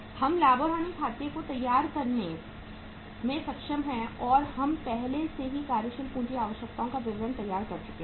हम लाभ और हानि खाते को तैयार करने में सक्षम हैं और हम पहले से ही कार्यशील पूंजी आवश्यकताओं का विवरण तैयार कर चुके हैं